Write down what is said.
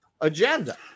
agenda